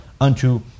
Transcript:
unto